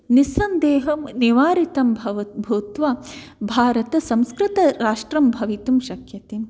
निसन्देहं निवारितं भूत्वा भारतं संस्कृतराष्ट्रं भवितुं शक्यते